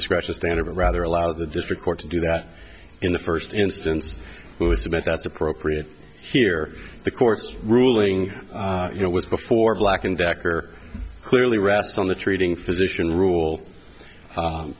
discretion standard rather allows the district court to do that in the first instance it was about that's appropriate here the court's ruling you know was before black and decker clearly rests on the treating physician rule